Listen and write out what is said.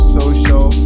social